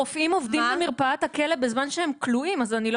רופאים עובדים במרפאת הכלא בזמן שהם כלואים אז אני לא